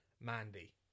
Mandy